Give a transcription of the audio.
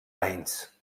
anys